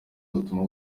butuma